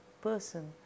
person